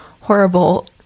horrible